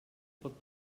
pot